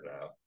now